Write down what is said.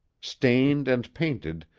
stained and painted,